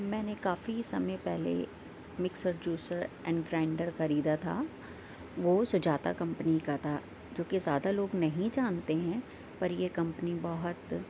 میں نے کافی سمے پہلے مکسر جوسر اینڈ گرائنڈر خریدا تھا وہ سُجاتا کمپنی کا تھا جوکہ زیادہ لوگ نہیں جانتے ہیں اور یہ کمپنی بہت